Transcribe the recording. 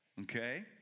okay